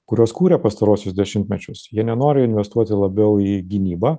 kuriuos kūrė pastaruosius dešimtmečius jie nenori investuoti labiau į gynybą